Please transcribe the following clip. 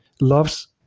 loves